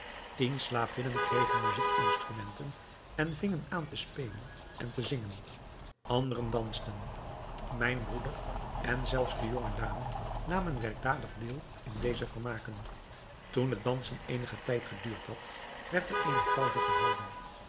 tien slavinnen kregen muzijkinstrumenten en vingen aan te spelen en te zingen anderen dansten mijn broeder en zelfs de jonge dame namen werkdadig deel in deze vermaken toen het dansen eenigen tijd geduurd had werd er eene pauze gehouden